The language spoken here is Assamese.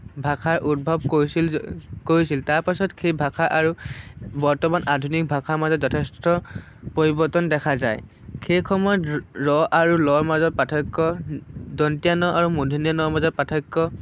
ভাষাৰ উদ্ভৱ কৰিছিল কৰিছিল তাৰপাছত সেই ভাষা আৰু বৰ্তমান আধুনিক ভাষাৰ মাজত যথেষ্ট পৰিৱৰ্তন দেখা যায় সেই সময়ত ৰ আৰু লৰ মাজত পাৰ্থক্য দন্ত্য় ন আৰু মূৰ্ধন্য ণ ৰ মাজত পাৰ্থক্য